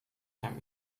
time